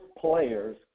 players